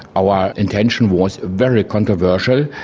our intention was very controversial.